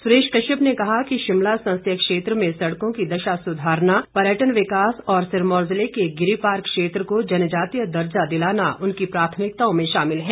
सुरेश कश्यप ने कहा कि शिमला संसदीय क्षेत्र में सड़कों की दशा सुरधारना पर्यटन विकास और सिरमौर जिले के गिरिपार क्षेत्र को जनजातीय दर्जा दिलाना उनकी प्राथमिकताओं में शामिल है